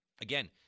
Again